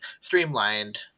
streamlined